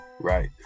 Right